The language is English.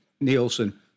Nielsen